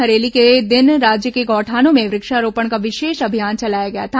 हरेली के दिन राज्य के गौठानों में वुक्षारोपण का विशेष अभियान चलाया गया था